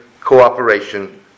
cooperation